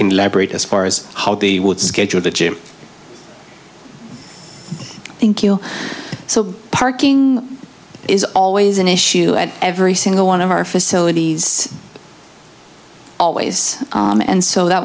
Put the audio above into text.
can elaborate as far as how the would schedule the gym thank you so parking is always an issue at every single one of our facilities always on and so that